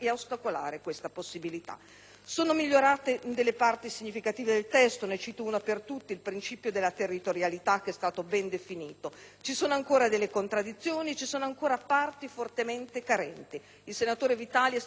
Sono migliorate parti significative del testo. Ne cito una per tutte: il principio della territorialità che è stato ben definito. Vi sono però ancora contraddizioni e parti fortemente carenti: il senatore Vitali è stato molto preciso nell'elencarle.